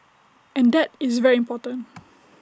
and that is very important